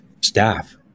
staff